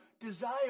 desire